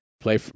play